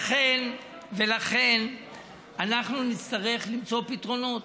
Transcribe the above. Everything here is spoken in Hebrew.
לכן אנחנו נצטרך למצוא פתרונות,